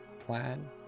plan